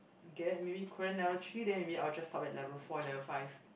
get maybe korean level three then maybe I will just stop at level four and level five